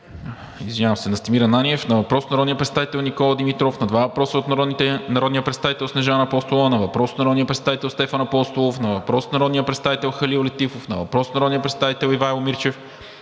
представител Настимир Ананиев; - въпрос от народния представител Никола Димитров; - два въпроса от народния представител Снежана Апостолова; - въпрос от народния представител Стефан Апостолов; - въпрос от народния представител Халил Летифов; - въпрос от народния представител Ивайло Мирчев.